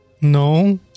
No